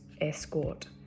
escort